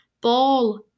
Ball